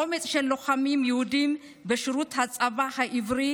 האומץ של לוחמים יהודים בשירות הצבא העברי